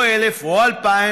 או 1000 או 2000,